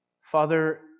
Father